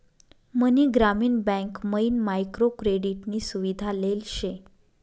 मनी ग्रामीण बँक मयीन micro credit नी सुविधा लेल शे